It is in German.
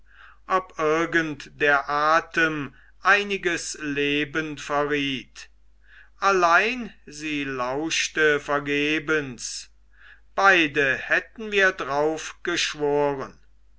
ob irgend der atem einiges leben verriet allein sie lauschte vergebens beide hätten wir drauf geschworen